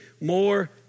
more